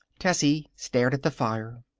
tessie stared at the fire.